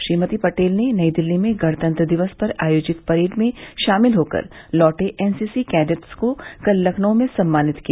श्रीमती पटेल ने नई दिल्ली में गणतंत्र दिवस पर आयोजित परेड में शामिल होकर लौटे एनसीसी कैंडेट्स को कल लखनऊ में सम्मानित किया